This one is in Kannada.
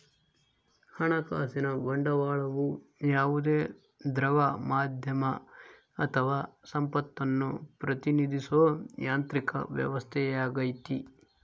ಹಣಕಾಸಿನ ಬಂಡವಾಳವು ಯಾವುದೇ ದ್ರವ ಮಾಧ್ಯಮ ಅಥವಾ ಸಂಪತ್ತನ್ನು ಪ್ರತಿನಿಧಿಸೋ ಯಾಂತ್ರಿಕ ವ್ಯವಸ್ಥೆಯಾಗೈತಿ